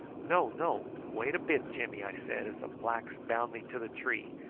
no, no! wait a bit, jimmy, i said, as the blacks bound me to the tree.